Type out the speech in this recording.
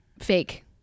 fake